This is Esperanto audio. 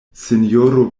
sinjoro